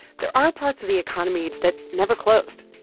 there are parts of the economy that never closed.